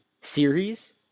series